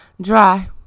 Dry